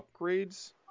upgrades